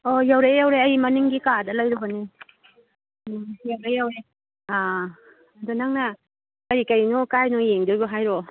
ꯑꯣ ꯌꯧꯔꯛꯑꯦ ꯌꯧꯔꯛꯑꯦ ꯑꯩ ꯃꯅꯤꯡꯒꯤ ꯀꯥꯗ ꯂꯩꯔꯨꯕꯅꯤ ꯌꯧꯔꯛꯑꯦ ꯌꯧꯔꯛꯑꯦ ꯑꯗꯨ ꯅꯪꯅ ꯀꯔꯤ ꯀꯔꯤꯅꯣ ꯀꯥꯏꯗꯅꯣ ꯌꯦꯡꯗꯣꯏꯕꯣ ꯍꯥꯏꯔꯛꯑꯣ